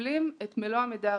מקבלים את מלוא המידע הרלוונטי.